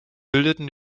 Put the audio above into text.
bildeten